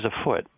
afoot